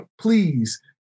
Please